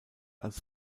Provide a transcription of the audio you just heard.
als